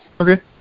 Okay